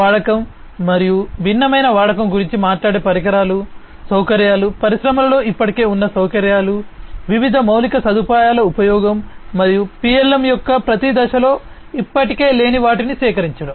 వాడకం భిన్నమైన వాడకం గురించి మాట్లాడే పరికరాలు మరియు సౌకర్యాలు పరిశ్రమలో ఇప్పటికే ఉన్న సౌకర్యాలు వివిధ మౌలిక సదుపాయాల ఉపయోగం మరియు PLM యొక్క ప్రతి దశలో ఇప్పటికే లేని వాటిని సేకరించడం